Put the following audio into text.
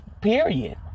Period